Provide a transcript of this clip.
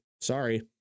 Sorry